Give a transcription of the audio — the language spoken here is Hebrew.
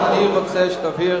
אני רוצה שתבהיר.